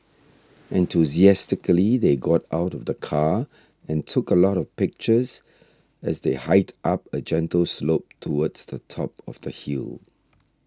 enthusiastically they got out of the car and took a lot of pictures as they hiked up a gentle slope towards the top of the hill